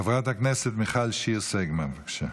חברת הכנסת מיכל שיר סגמן, בבקשה,